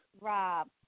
Rob